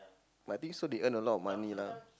but I think so they earn a lot of money lah